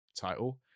title